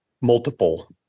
multiple